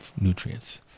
nutrients